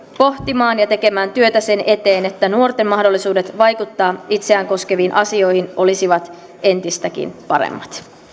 pohtimaan ja tekemään työtä sen eteen että nuorten mahdollisuudet vaikuttaa itseään koskeviin asioihin olisivat entistäkin paremmat